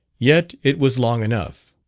yet it was long enough.